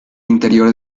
interior